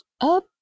up